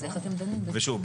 ושוב,